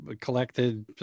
collected